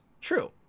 true